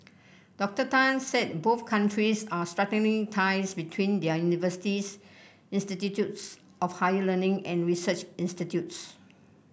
Doctor Tan said both countries are strengthening ties between their universities institutes of higher learning and research institutes